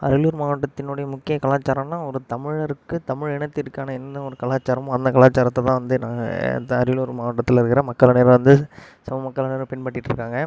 அரியலூர் மாவட்டத்தினுடைய முக்கிய கலாச்சாரம்னால் ஒரு தமிழருக்கு தமிழ் இனத்திற்கான என்ன ஒரு கலாச்சாரமோ அந்தக் கலாச்சாரத்தை தான் வந்து நான் இந்த அரியலூர் மாவட்டத்தில் இருக்கிற மக்கள் அனைவரும் வந்து சமமக்கள் அனைவரும் பின்பற்றிட்டிருக்காங்க